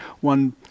one